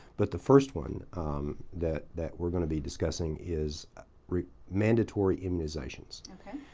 but the first one that that we're going to be discussing is mandatory immunizations. okay.